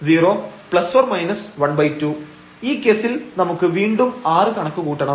0±12 ഈ കേസിൽ നമുക്ക് വീണ്ടും r കണക്കു കൂട്ടണം